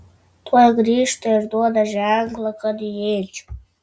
tuoj grįžta ir duoda ženklą kad įeičiau